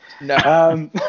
No